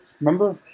Remember